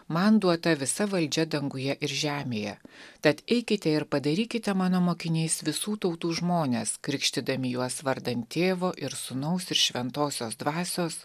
man duota visa valdžia danguje ir žemėje tad eikite ir padarykite mano mokiniais visų tautų žmones krikštydami juos vardan tėvo ir sūnaus ir šventosios dvasios